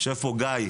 יושב פה גיא,